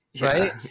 right